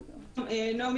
בבקשה.